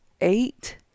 eight